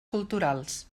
culturals